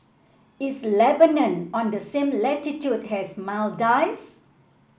is Lebanon on the same latitude as Maldives